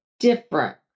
different